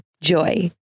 Joy